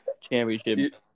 championship